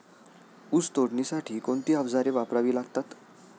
ऊस तोडणीसाठी कोणती अवजारे वापरावी लागतात?